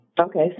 Okay